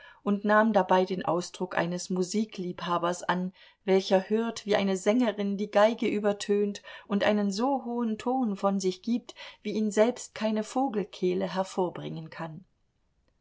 und nahm dabei den ausdruck eines musikliebhabers an welcher hört wie eine sängerin die geige übertönt und einen so hohen ton von sich gibt wie ihn selbst keine vogelkehle hervorbringen kann